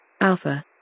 Alpha